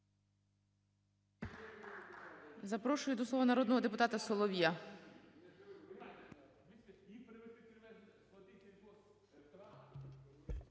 Запрошую до слова народного депутата